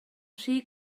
rhy